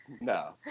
No